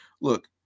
Look